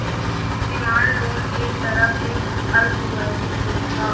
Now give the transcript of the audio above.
demand loan एक तरह के अल्पावधि लोन ह